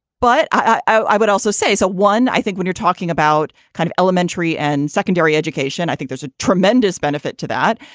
but i would also say so one, i think when you're talking about kind of elementary and secondary education, i think there's a tremendous benefit to that.